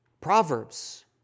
Proverbs